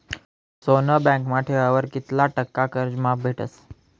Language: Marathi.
सोनं बँकमा ठेवावर कित्ला टक्का कर्ज माफ भेटस?